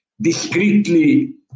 discreetly